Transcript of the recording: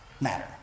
matter